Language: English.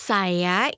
Saya